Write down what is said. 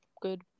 good